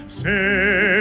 say